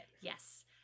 Yes